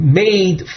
made